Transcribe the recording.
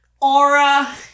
aura